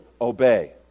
obey